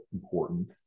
important